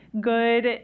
good